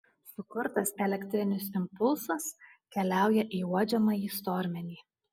sukurtas elektrinis impulsas keliauja į uodžiamąjį stormenį